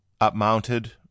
up-mounted